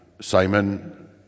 Simon